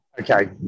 Okay